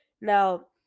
Now